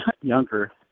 younger